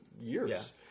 years